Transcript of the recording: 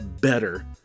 better